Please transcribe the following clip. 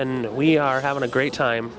and we are having a great time